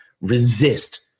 resist